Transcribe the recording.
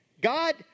God